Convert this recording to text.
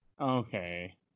Okay